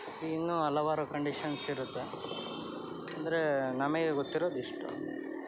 ಇನ್ನೂ ಹಲವಾರು ಕಂಡೀಷನ್ಸ್ ಇರುತ್ತೆ ಅಂದರೆ ನಮಗೆ ಗೊತ್ತಿರೋದು ಇಷ್ಟು